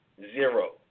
zero